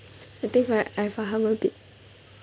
I think I faham a bit